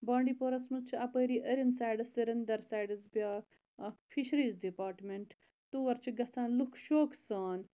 بانڈی پورَس مَنٛز چھ اَپٲری أرِنٛد سایڈَس سرندَر سایڈَس بیاکھ اکھ پھِشریٖز ڈِپاٹمنٹ تور چھِ گَژھان لُکھ شوقہٕ سان